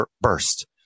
burst